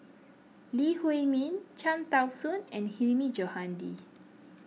Lee Huei Min Cham Tao Soon and Hilmi Johandi